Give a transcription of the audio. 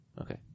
Okay